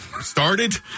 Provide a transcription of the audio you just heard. started